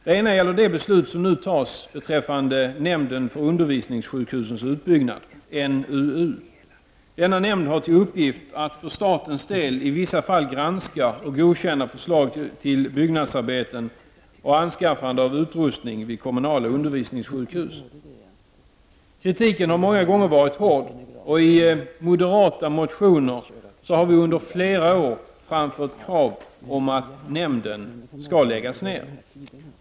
Det gäller det beslut som nu fattas beträffande nämnden för undervisningssjukhusens utbyggande, NUU. Denna nämnd har till uppgift att för statens del i vissa fall granska och godkänna förslag till byggnadsarbeten och anskaffande av utrustning vid kommunala undervisningssjukhus. Kritiken har många gånger varit hård, och i moderata motioner har vi under flera år framfört krav på att nämnden skall läggas ner.